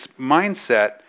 mindset